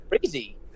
crazy